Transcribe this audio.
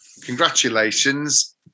congratulations